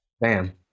bam